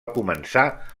començar